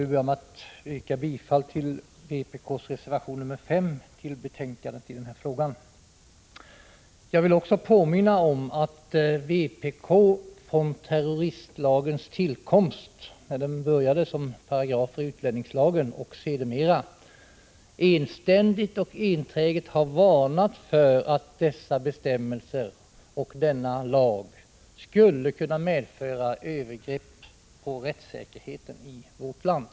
Jag börjar med att yrka bifall till vpk:s reservation, nr 5, i 21 maj 1986 Jag vill också påminna om att vpk från terroristlagens tillkomst — då den RR Äger omfattades av ett antal paragrafer i utlänningslagen — och därefter enständigt EpE UAnsrenrö nia m.m. och enträget har varnat för att denna lag och dess bestämmelser skulle kunna medföra övergrepp i fråga om rättssäkerheten i vårt land.